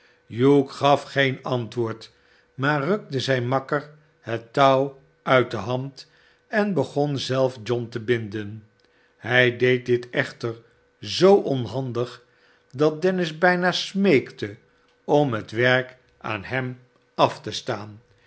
hugh gaf geen antwoord maar rukte zijn makker het touw uit de hand en begon zelf john te binden hij deed dit echter zoo onhandig dat dennis bijna smeekte om het werk aan hem af te staan